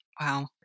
Wow